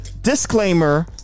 disclaimer